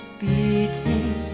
beating